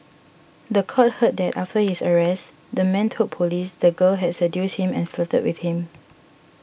the court heard that after his arrest the man told police the girl has seduced him and flirted with him